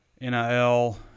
NIL